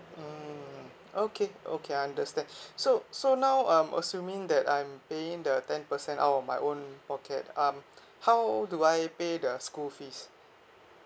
mmhmm okay okay understand so so now um assuming that I'm paying the ten percent out of my own pocket um how do I pay the school fees